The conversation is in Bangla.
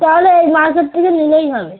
তাহলে এই মার্কেট থেকে নিলেই হবে